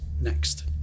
next